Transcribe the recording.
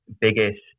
biggest